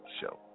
Show